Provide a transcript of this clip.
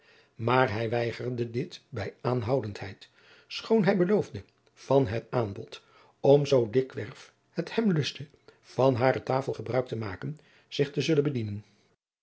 maar hij weigerde dit bij aanhoudendheid schoon hij beloofde van het aanbod om zoo dikwerf het hem lustte van hare tafel gebruik te maken zich te zullen bedienen